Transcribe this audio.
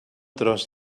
tros